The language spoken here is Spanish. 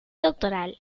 doctoral